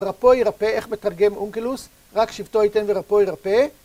רפוי רפא, איך מתרגם אונקלוס? רק שבטו ייתן ורפוי רפא